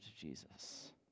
Jesus